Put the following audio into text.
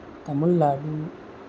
Tamil Nadu